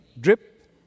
drip